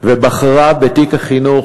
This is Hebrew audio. ובחרה בתיק החינוך,